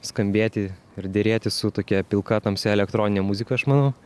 skambėti ir derėti su tokia pilka tamsia elektronine muzika aš manau